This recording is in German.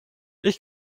ich